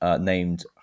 named